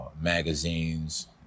magazines